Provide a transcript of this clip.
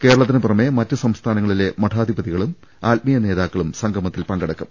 കേരളത്തിന് പുറമെ മറ്റ് സംസ്ഥാനങ്ങളിലെ മഠാധിപതികളും ആത്മീയ നേതാക്കളും സംഗമത്തിൽ പങ്കെടുക്കും